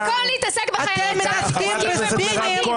במקום להתעסק בחיילי צה"ל מתעסקים במושחתים.